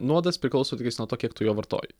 nuodas priklauso nuo to kiek tu jo vartoji